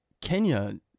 Kenya